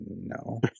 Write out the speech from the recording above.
No